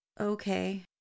okay